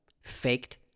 faked